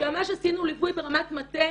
שממש עשינו ליווי ברמת מטה,